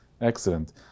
Excellent